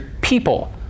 people